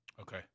Okay